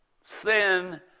Sin